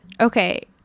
Okay